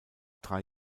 drei